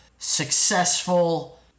successful